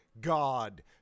God